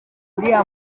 uriya